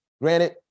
Granted